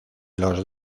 los